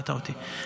שמעת אותי,